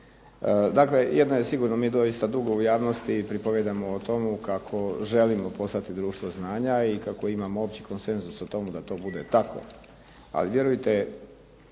Dakle, jedno je sigurno. Mi doista dugo u javnosti pripovijedamo o tomu kako želimo postati društvo znanja i kako imamo opći konsenzus o tomu da to bude tako, ali vjerujte